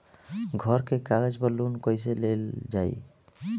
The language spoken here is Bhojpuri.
घर के कागज पर लोन कईसे लेल जाई?